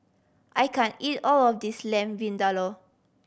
I can't eat all of this Lamb Vindaloo